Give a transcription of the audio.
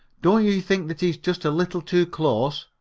don't you think that he's just a little too close?